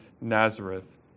Nazareth